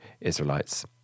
Israelites